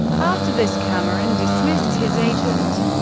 after this, cameron dismissed his agent.